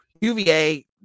UVA